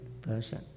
person